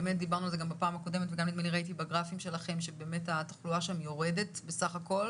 בפעם הקודמת דיברנו על זה שהתחלואה שם יורדת בסך הכול